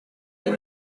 est